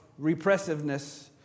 repressiveness